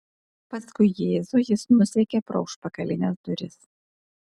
paskui jėzų jis nusekė pro užpakalines duris